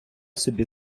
собі